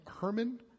Herman